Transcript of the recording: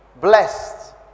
blessed